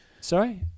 Sorry